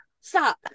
Stop